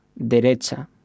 derecha